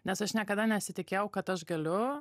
nes aš niekada nesitikėjau kad aš galiu